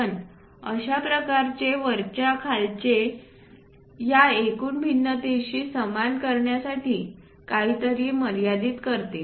11 अशा प्रकारचे वरच्या खालचे या एकूण भिन्नतेशी सामना करण्यासाठी काहीतरी मर्यादित करते